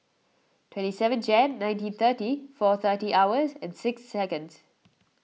twenty seven Jan nineteen thirty four thirty hours and six seconds